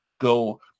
Go